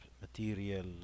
material